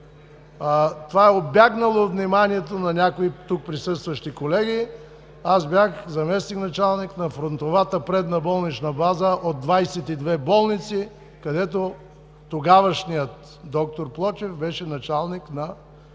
Това е убягнало от вниманието на някои тук присъстващи колеги – аз бях заместник-началник на фронтовата предна болнична база от 22 болници, където тогавашният д р Плочев, беше началник на Болница